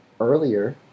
earlier